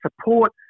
support